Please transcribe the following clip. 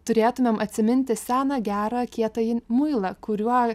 turėtumėm atsiminti seną gerą kietąjį muilą kuriuo